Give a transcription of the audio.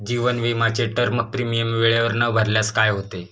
जीवन विमाचे term premium वेळेवर न भरल्यास काय होते?